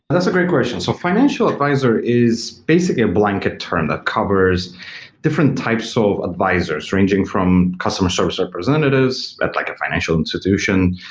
that's a great question. so a financial advisor is basically a blanket term that covers different types of advisors ranging from customer service representatives at like a financial institution,